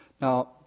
Now